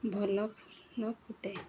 ଭଲ ଫୁଲ ଫୁଟେ